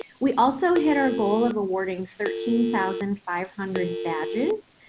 we also hit our goal of awarding thirteen thousand five hundred badges,